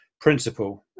principle